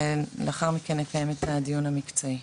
ולאחר מכן נקיים את הדיון המקצועי.